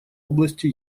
области